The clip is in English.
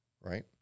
right